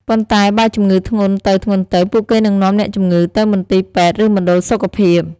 ប៉ុន្តែ បើជំងឺធ្ងន់ទៅៗ ពួកគេនឹងនាំអ្នកជំងឺទៅមន្ទីរពេទ្យ ឬ មណ្ឌលសុខភាព។